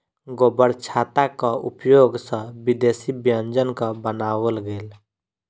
गोबरछत्ताक उपयोग सॅ विदेशी व्यंजनक बनाओल गेल